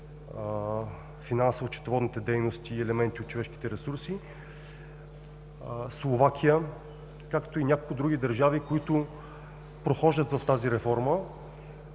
финансово-счетоводните дейности и елементи от човешките ресурси; Словакия, както и няколко други държави, които прохождат в тази реформа.